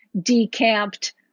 decamped